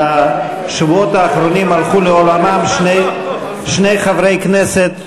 בשבועות האחרונים הלכו לעולמם שני חברי כנסת,